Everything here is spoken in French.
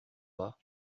bas